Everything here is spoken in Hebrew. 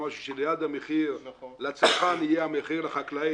משהו שליד המחיר לצרכן יהיה המחיר החקלאי,